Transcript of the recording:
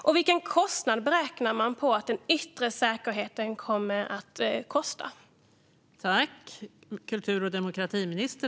Och vilken kostnad räknar man med att det blir för till exempel den yttre säkerheten?